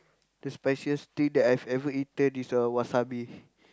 the spiciest thing that I've ever eaten is a wasabi